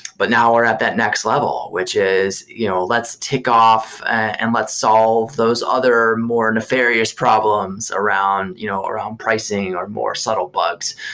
but now we're at that next level, which is you know let's take off and let's solve those other more nefarious problems around you know um pricing or more subtle bugs,